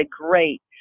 Great